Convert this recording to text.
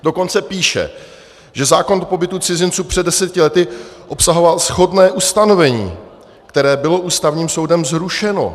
Dokonce píše, že zákon o pobytu cizinců před deseti lety obsahoval shodné ustanovení, které bylo Ústavním soudem zrušeno.